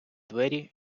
двері